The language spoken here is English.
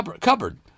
cupboard